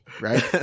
right